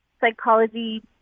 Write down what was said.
psychology